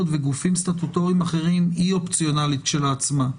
וגופים סטטוטרים אחרים היא אופציונלית לכשעצמה?